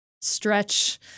stretch